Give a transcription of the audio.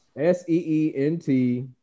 S-E-E-N-T